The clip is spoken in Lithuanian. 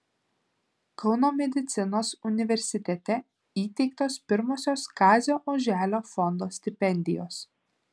kauno medicinos universitete įteiktos pirmosios kazio oželio fondo stipendijos